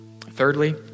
Thirdly